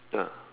ya